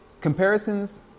Comparisons